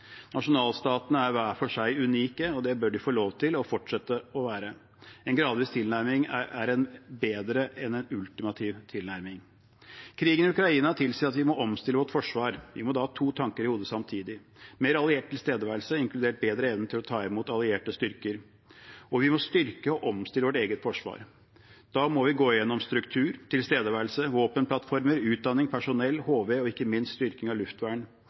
Nasjonalstatene er hver for seg unike, og det bør de få lov til å fortsette å være. En gradvis tilnærming er bedre enn en ultimativ tilnærming. Krigen i Ukraina tilsier at vi må omstille vårt forsvar. Vi må da ha to tanker i hodet samtidig – mer alliert tilstedeværelse, inkludert bedre evne til å ta imot allierte styrker, og vi må styrke og omstille vårt eget forsvar. Da må vi gå gjennom struktur, tilstedeværelse, våpenplattformer, utdanning, personell, HV og ikke minst styrking av luftvern.